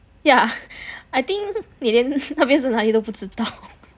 yeah I think they didn't 特别是哪里都不知道